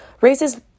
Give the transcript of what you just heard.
raises